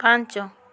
ପାଞ୍ଚ